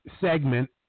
segment